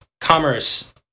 commerce